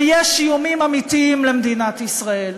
ויש איומים אמיתיים על מדינת ישראל,